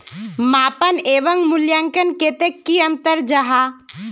मापन एवं मूल्यांकन कतेक की अंतर जाहा?